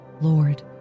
Lord